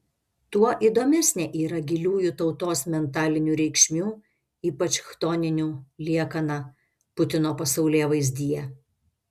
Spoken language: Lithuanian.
tuo įdomesnė yra giliųjų tautos mentalinių reikšmių ypač chtoninių liekana putino pasaulėvaizdyje